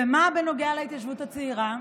ומה בנוגע להתיישבות הצעירה?